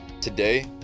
Today